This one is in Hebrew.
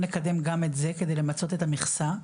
לקדם גם את זה כדי למצות את המכסה,